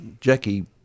Jackie